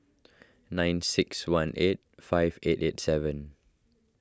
nine six one eight five eight eight seven